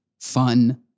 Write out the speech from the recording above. fun